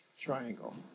triangle